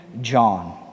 John